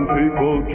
people